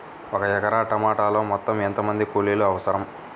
ఒక ఎకరా టమాటలో మొత్తం ఎంత మంది కూలీలు అవసరం?